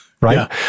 Right